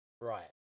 Right